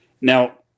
Now